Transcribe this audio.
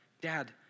Dad